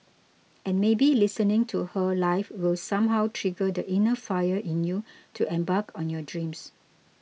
and maybe listening to her live will somehow trigger the inner fire in you to embark on your dreams